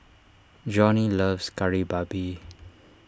Johnie loves Kari Babi